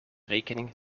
rekening